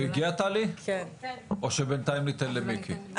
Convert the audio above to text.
הוא הגיע טלי או שבינתיים ניתן למיקי?